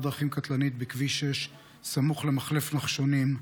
דרכים קטלנית בכביש 6 סמוך למחלף נחשונים.